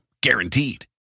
Guaranteed